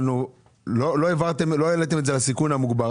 לא העליתם את זה לסיכון המוגבר.